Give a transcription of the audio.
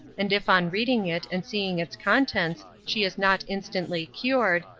and if on reading it and seeing its contents she is not instantly cured,